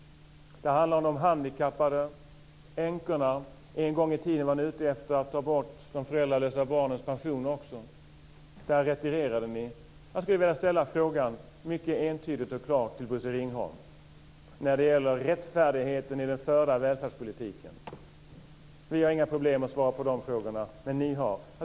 Det handlar om de handikappade och om änkorna. En gång i tiden var ni ute efter att ta bort också de föräldralösa barnens pensioner. I det fallet retirerade ni. Jag skulle vilja ställa en fråga mycket entydigt och klart till Bosse Ringholm när det gäller rättfärdigheten i den förda välfärdspolitiken. Vi har inga problem med att svara på den frågan. Men ni har det.